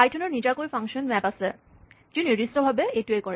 পাইথনৰ নিজাকৈ function map আছে যি নিৰ্দিষ্টভাৱে এইটোৱেই কৰে